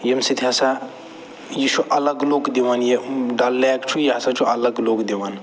ییٚمہِ سۭتۍ ہسا یہِ چھُ الگ لُک دِوان یہِ ڈَل لیک چھُ یہِ ہسا چھُ الگ لُک دِوان